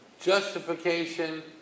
justification